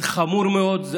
זה חמור מאוד.